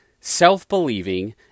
self-believing